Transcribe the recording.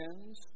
sins